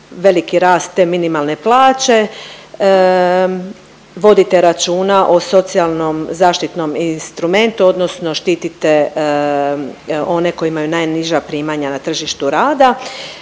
veliki rast te minimalne plaće, vodite računa o socijalnom zaštitnom instrumentu odnosno štitite one koji imaju najniža primanja na tržištu rada,